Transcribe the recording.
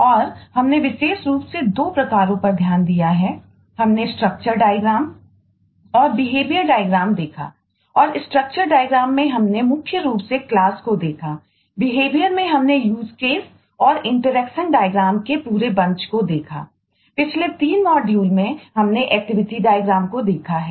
और हमने विशेष रूप से 2 प्रकारों पर ध्यान दिया है हमने स्ट्रक्चर डायग्राम नहीं है